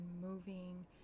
moving